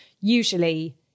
Usually